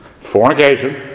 Fornication